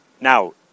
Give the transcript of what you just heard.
Now